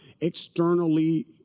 externally